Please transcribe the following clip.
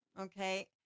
okay